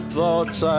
thoughts